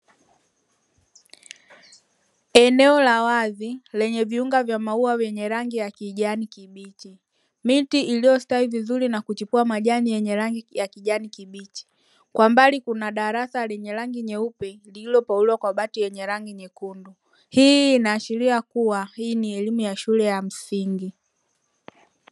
Eneo la wazi lenye viunga vya maua ya kijani kibichi, miti iliyostawi vizuri na kuchipua majani yenye rangi ya kijani kibichi kwa mbali kuna darasa lenye rangi nyeupe lililopauliwa kwa bati yenye rangi nyekundu. Hii inaashiria kuwa hii ni elimu ya msingi.